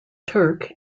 turk